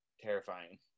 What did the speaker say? Terrifying